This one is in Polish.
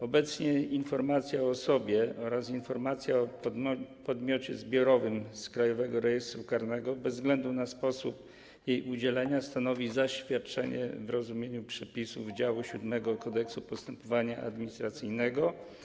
Obecnie informacja o osobie oraz informacja o podmiocie zbiorowym z Krajowego Rejestru Karnego, bez względu na sposób ich udzielenia, stanowią zaświadczenia w rozumieniu przepisów działu VII Kodeksu postępowania administracyjnego.